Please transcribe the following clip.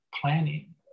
planning